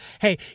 Hey